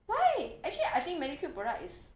why actually I think Medicube product is